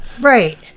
Right